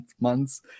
months